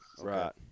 Right